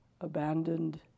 abandoned